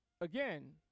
Again